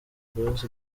boyz